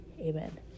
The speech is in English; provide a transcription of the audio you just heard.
Amen